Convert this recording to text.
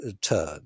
turn